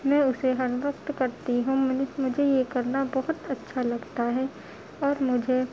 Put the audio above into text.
میں اسے ہر وقت کرتی ہوں مجھے یہ کرنا بہت اچھا لگتا ہے اور مجھے